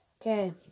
Okay